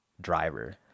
driver